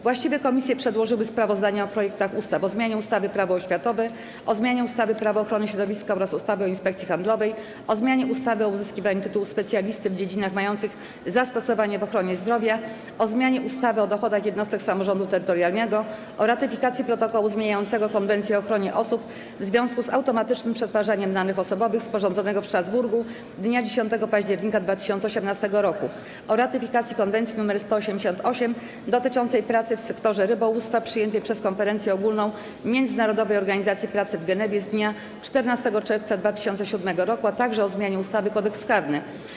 Właściwe komisje przedłożyły sprawozdania o projektach ustaw: - o zmianie ustawy Prawo oświatowe, - o zmianie ustawy Prawo ochrony środowiska oraz ustawy o Inspekcji Handlowej, - o zmianie ustawy o uzyskiwaniu tytułu specjalisty w dziedzinach mających zastosowanie w ochronie zdrowia, - o zmianie ustawy o dochodach jednostek samorządu terytorialnego, - o ratyfikacji Protokołu zmieniającego Konwencję o ochronie osób w związku z automatycznym przetwarzaniem danych osobowych, sporządzonego w Strasburgu dnia 10 października 2018 r., - o ratyfikacji Konwencji nr 188 dotyczącej pracy w sektorze rybołówstwa, przyjętej przez Konferencję Ogólną Międzynarodowej Organizacji Pracy w Genewie z dnia 14 czerwca 2007 r., - o zmianie ustawy Kodeks karny.